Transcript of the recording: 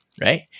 right